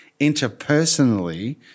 interpersonally